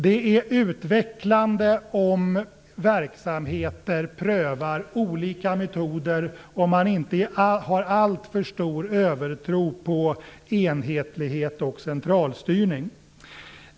Det är utvecklande om man i verksamheter prövar olika metoder, och inte har alltför stor övertro på enhetlighet och centralstyrning.